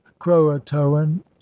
croatoan